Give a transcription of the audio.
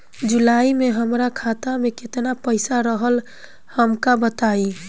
जुलाई में हमरा खाता में केतना पईसा रहल हमका बताई?